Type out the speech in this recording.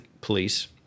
police